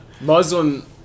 Muslim